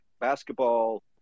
basketball